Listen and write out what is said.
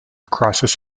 crisis